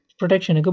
protection